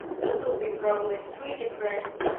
those will be probably and three different